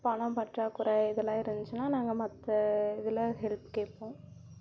பணம் பற்றாக்குறை இதெல்லாம் இருந்துச்சின்னா நாங்கள் மற்ற இதில் ஹெல்ப் கேட்போம்